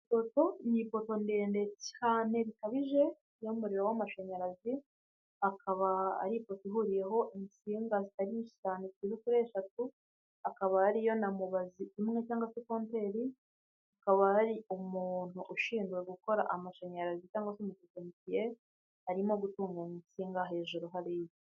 Ipoto, ni ipoto ndende cyane bikabije y'umuriro w'amashanyarazi, ikaba ari ipoto ihuriyeho insinga zitari nyinshi cyane zigera kuri eshatu, ikaba iriho na mubazi imwe cyangwa konteli, hakaba hari umuntu ushinzwe gukora amashanyarazi cyangwa se umutekinsiye, arimo gutuganya insinga hejuru hariya.